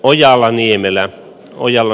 ojala niemelä ojala